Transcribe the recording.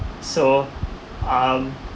so um